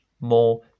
more